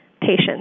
patients